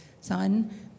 son